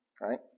Right